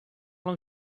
long